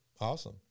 Awesome